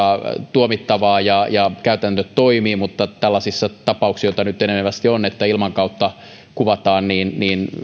tuomittavaa ja ja käytännöt toimivat mutta tällaisissa tapauksissa joita nyt enenevästi on että ilman kautta kuvataan